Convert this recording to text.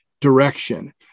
direction